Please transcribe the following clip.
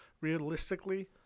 realistically